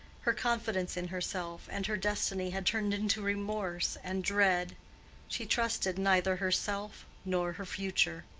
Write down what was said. her confidence in herself and her destiny had turned into remorse and dread she trusted neither herself nor her future.